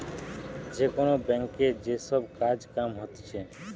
যে কোন ব্যাংকে যে সব কাজ কাম হতিছে